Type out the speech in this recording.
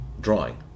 drawing